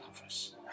office